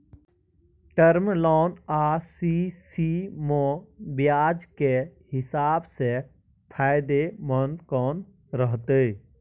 Term loan आ CC म ब्याज के हिसाब से फायदेमंद कोन रहते?